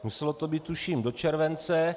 Muselo to být, tuším, do července.